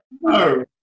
no